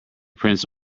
prince